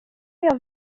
jag